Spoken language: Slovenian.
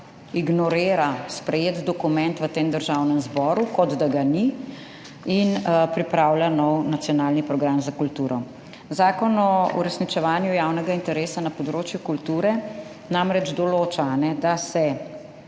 ignorira sprejeti dokument v Državnem zboru, kot da ga ni, in pripravlja nov nacionalni program za kulturo. Zakon o uresničevanju javnega interesa za kulturo namreč določa, da se